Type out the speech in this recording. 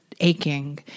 aching